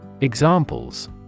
Examples